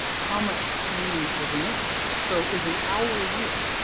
how much training is enough? so is an hour a year?